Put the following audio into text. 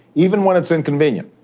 even when it's inconvenient,